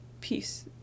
peace